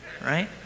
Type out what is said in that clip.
right